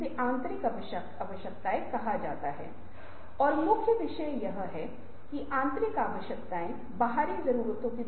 इसी तरह एक ऐसा विचार गुणवत्ता मंडलियां हैं जहां एक ही कार्य क्षेत्र से आठ या दस सदस्य हैं